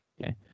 Okay